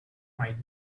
might